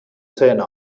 zähne